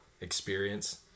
experience